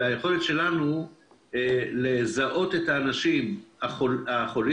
ובתוך זה היכולת שלנו לזהות את האנשים החולים.